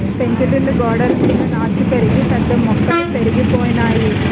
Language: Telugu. పెంకుటిల్లు గోడలమీద నాచు పెరిగి పెద్ద మొక్కలు పెరిగిపోనాయి